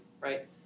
right